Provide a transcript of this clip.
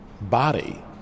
body